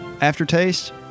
aftertaste